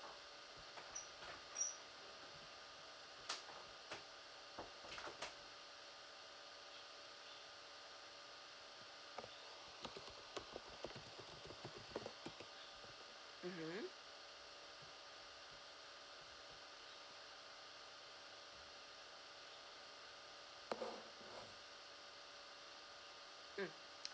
mmhmm mm okay